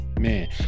man